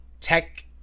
tech